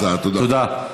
תודה.